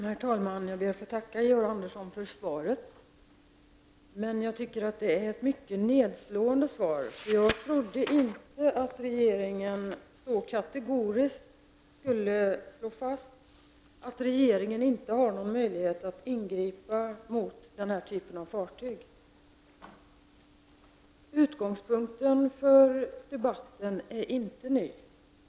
Herr talman! Jag ber att få tacka Georg Andersson för svaret, men jag tycker att det var ett mycket nedslående svar. Jag trodde inte att regeringen så kategoriskt skulle slå fast att den inte har någon möjlighet att ingripa mot den här typen av fartyg. Utgångspunkten för debatten är inte ny.